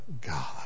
God